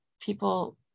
people